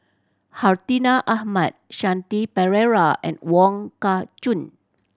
Hartinah Ahmad Shanti Pereira and Wong Kah Chun